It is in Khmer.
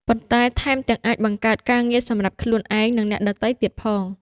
ប៉ុន្តែថែមទាំងអាចបង្កើតការងារសម្រាប់ខ្លួនឯង និងអ្នកដទៃទៀតផង។